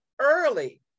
early